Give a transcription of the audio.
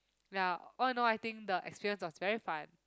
ya all in all I think the experience was very fun